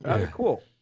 Cool